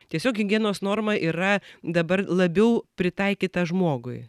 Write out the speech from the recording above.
tiesiog higienos norma yra dabar labiau pritaikyta žmogui